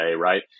right